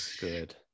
good